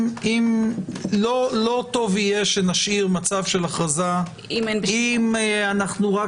לא טוב יהיה שנשאיר מצב של הכרזה אם אנחנו רק